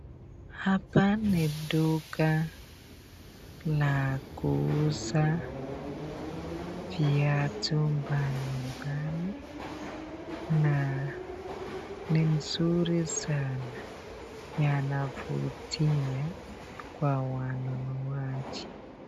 Hapa ni duka la kuuza viatu mbali mbali na ni nzuri sana yanavutia kwa wanunuaji.